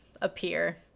appear